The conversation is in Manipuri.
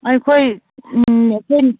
ꯑꯩꯈꯣꯏ ꯑꯩꯈꯣꯏꯅ